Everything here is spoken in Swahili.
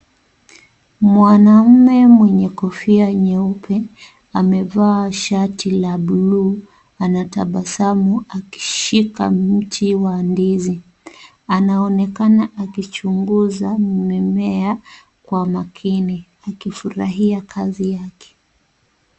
Mwanamme mwenye kofia nyeupe amevaa shati la blue , anatabasamu akishika mti wa ndizi. Anaonekana akichunguza mmea kwa makini akifurahia kazi yake.